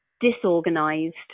disorganized